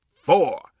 four